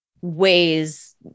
ways